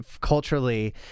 culturally